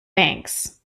banks